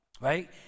Right